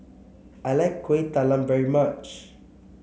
I like Kuih Talam very much